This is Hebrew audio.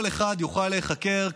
כל אחד יוכל להיחקר,